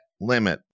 limit